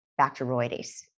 bacteroides